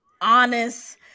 honest